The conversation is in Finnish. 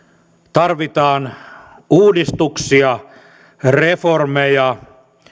tarvitaan uudistuksia reformeja